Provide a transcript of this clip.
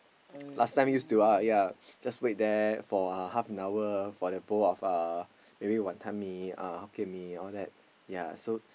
last time used to wait there for half an hour for a bowl of Wanton-Mee Hokkien-Mee like that